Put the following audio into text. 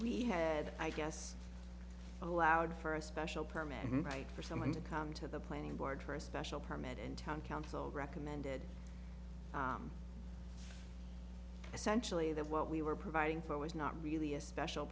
we had i guess allowed for a special permit right for someone to come to the planning board for a special permit and town council recommended essentially that what we were providing for was not really a special